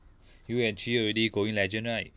you and chee already going legend right